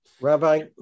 Rabbi